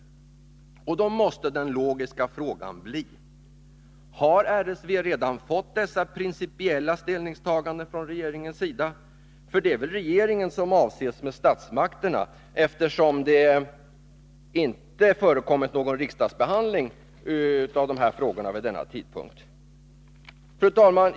Då måste den logiska frågan bli: Har RSV redan fått dessa principiella ställningstaganden från regeringens sida? För det är väl regeringen som avses med ”statsmakterna”, eftersom det inte förekommit någon riksdagsbehandling av de här frågorna vid denna tidpunkt? Fru talman!